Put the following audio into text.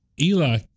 Eli